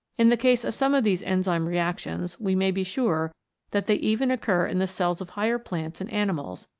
in the case of some of these enzyme reactions we may be sure that they even occur in the cells of higher plants and animals,